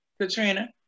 Katrina